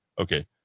Okay